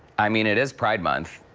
i mean it as pride month.